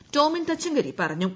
Tomin J Thachankary പറഞ്ഞു